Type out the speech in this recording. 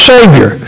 Savior